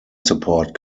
support